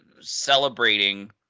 celebrating